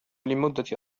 لمدة